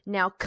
Now